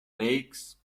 lakes